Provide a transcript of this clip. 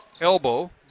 elbow